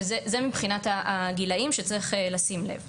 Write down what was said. זה מבחינת הגילאים שצריך לשים לב לכך.